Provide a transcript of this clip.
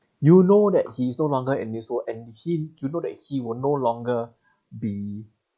you know that he is no longer in this world and he you know that he will no longer be